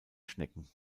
schnecken